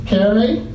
Carrie